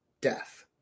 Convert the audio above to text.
death